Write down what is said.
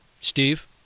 steve